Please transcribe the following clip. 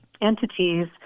entities